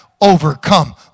overcome